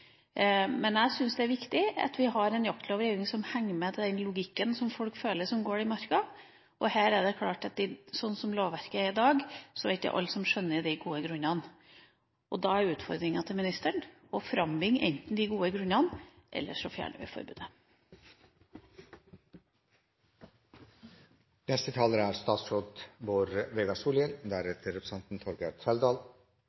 Men jeg syns det er viktig at vi har en jaktlovgivning som henger sammen med den logikken som folk som går i marka, følger. Det er klart at sånn som lovverket er i dag, er det ikke alle som skjønner de gode grunnene. Da er utfordringa til ministeren å frambringe de gode grunnene, ellers så fjerner vi